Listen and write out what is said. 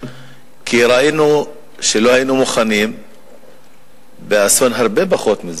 כי ראינו שלא היינו מוכנים באסון הרבה פחות חמור מזה.